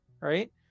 right